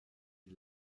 die